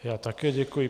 Já také děkuji.